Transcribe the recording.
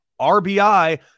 RBI